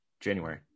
January